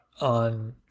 on